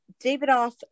Davidoff